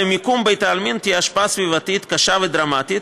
למיקום בית עלמין תהיה השפעה סביבתית קשה ודרמטית,